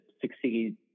succeed